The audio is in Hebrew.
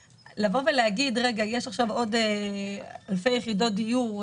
להגיד יש עכשיו עוד אלפי יחידות דיור,